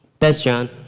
that's john.